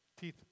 teeth